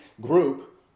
group